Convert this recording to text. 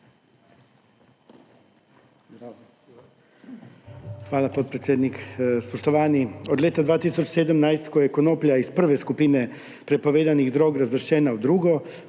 Hvala, podpredsednik. Spoštovani, od leta 2017, ko je bila konoplja iz prve skupine prepovedanih drog razvrščena v drugo